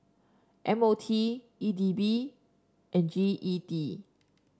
M O T E D B and G E D